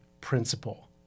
principle